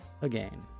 again